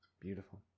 Beautiful